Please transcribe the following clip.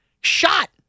Shot